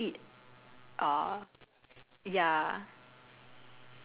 like you wonder how people people end up finding out that oh you can eat